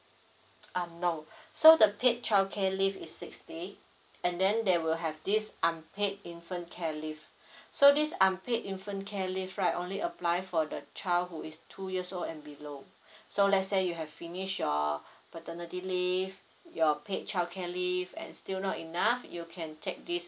um no so the paid childcare leave is six day and then they will have this unpaid infant care leave so this unpaid infant care leave right only apply for the child who is two years old and below so let's say you have finish your paternity leave your paid childcare leave and still not enough you can take this